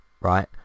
right